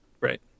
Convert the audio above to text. Right